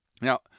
Now